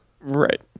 Right